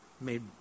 made